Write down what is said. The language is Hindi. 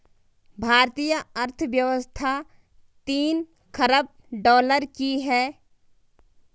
भारतीय अर्थव्यवस्था तीन ख़रब डॉलर की है